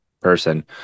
person